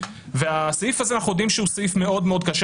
אנחנו יודעים שהסעיף הזה הוא סעיף מאוד-מאוד קשה.